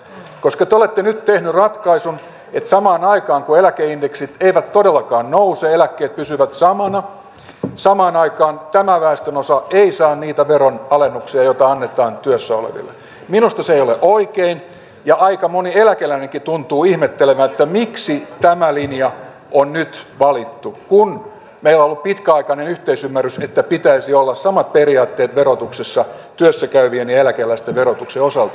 te olette nyt tehnyt ratkaisun että vaikka eläkeindeksit eivät todellakaan nouse eläkkeet pysyvät samana niin samaan aikaan tämä väestönosa ei saa niitä veronalennuksia joita annetaan työssä oleville ja minusta se ei ole oikein ja aika moni eläkeläinenkin tuntuu ihmettelevän miksi tämä linja on nyt valittu kun meillä on ollut pitkäaikainen yhteisymmärrys että pitäisi olla samat periaatteet verotuksessa työssä käyvien ja eläkeläisten verotuksen osalta